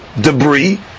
debris